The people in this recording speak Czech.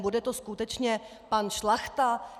Bude to skutečně pan Šlachta?